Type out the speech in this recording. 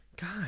God